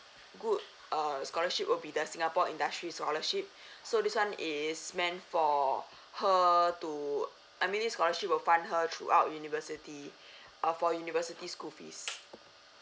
good uh scholarship will be the singapore industry scholarship so this one is meant for her to uh meaning scholarship will find her throughout university uh for university school fees